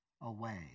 away